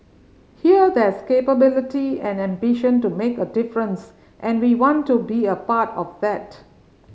here there's capability and ambition to make a difference and we want to be a part of that